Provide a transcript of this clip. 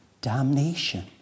damnation